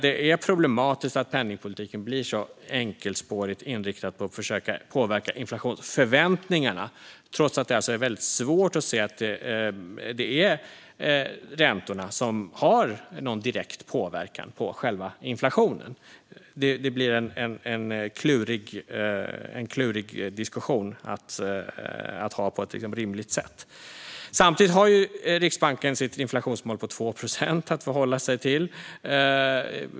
Det är problematiskt att penningpolitiken blir så enkelspårigt inriktad på att försöka påverka inflationsförväntningarna, trots att det är väldigt svårt att se att räntorna har någon direkt påverkan på själva inflationen. Det blir en klurig diskussion att ha på ett rimligt sätt. Samtidigt har Riksbanken sitt inflationsmål på 2 procent att förhålla sig till.